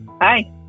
Hi